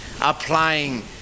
applying